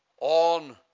on